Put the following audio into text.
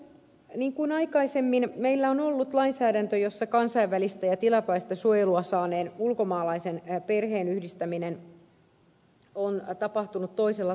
niin kuin aikaisemmin meillä on ollut lainsäädäntö jossa kansainvälistä ja tilapäistä suojelua saaneen ulkomaalaisen perheenyhdistäminen on tapahtunut toisella tavalla